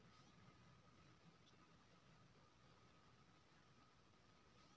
फसल बिबिधीकरण सँ मतलब नबका फसल या फसल प्रणाली केँ जोरब छै